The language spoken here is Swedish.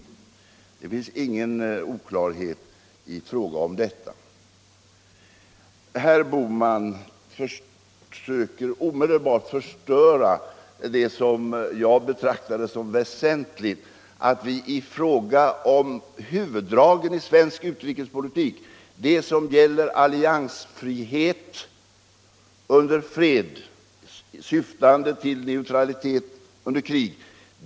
Det finns ingen oklarhet i fråga om detta. Herr Bohman försöker omedelbart förstöra det som jag betraktar som väsentligt, nämligen att vi är eniga i fråga om huvuddragen av svensk: utrikespolitik — de som gäller alliansfrihet under fred syftande till neutralitet under krig.